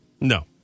No